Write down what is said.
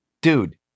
dude